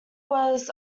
was